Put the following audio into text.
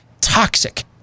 toxic